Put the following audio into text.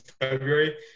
February